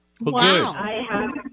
Wow